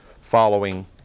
following